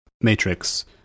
matrix